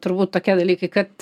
turbūt tokie dalykai kad